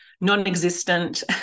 non-existent